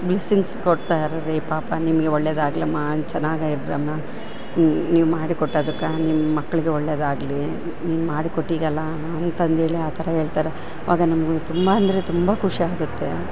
blessings ಕೊಡ್ತಾರೆ ರಿ ಪಾಪ ನಿಮಗೆ ಒಳ್ಳೇದಾಗಲಮ್ಮ ಚೆನ್ನಾಗಿರ್ರಮ್ಮ ನೀವು ಮಾಡಿಕೊಟ್ಟದಕ್ಕೆ ನಿಮ್ಮ ಮಕ್ಕಳಿಗೆ ಒಳ್ಳೇದಾಗಲಿ ನೀವ್ ಮಾಡಿ ಕೊಟ್ಟಗಲ್ಲ ಅಂತಂದೇಳಿ ಆ ಥರ ಹೇಳ್ತಾರೆ ಆಗ ನಮಗು ತುಂಬ ಅಂದರೆ ತುಂಬ ಖುಷಿ ಆಗುತ್ತೆ